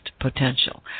potential